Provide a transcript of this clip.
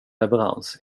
leverans